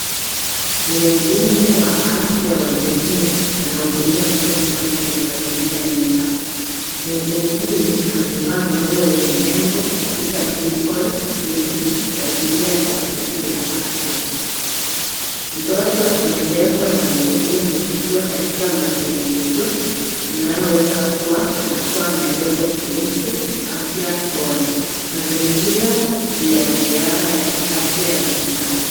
Mhudumu wa afya ya jamii anahudumia mtoto mchanga kwenye mazingira ya nyumbani. Mhudumu huyu amevaa nguo yenye nembo Tabitha Medical Clinic kuashiria taasisi ya afya. Mtoto amebebwa na mhudumu akiwa katika mazungumzo inayoweza kuwa anatoa maelezo kuhusu afya bora. Mazingira ni ya ziara ya kiafya ya nyumbani.